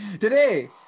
today